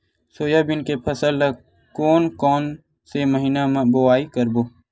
Soybean के फसल ल कोन कौन से महीना म बोआई करबो?